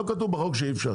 לא כתוב בחוק שאי אפשר,